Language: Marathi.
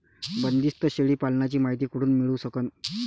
बंदीस्त शेळी पालनाची मायती कुठून मिळू सकन?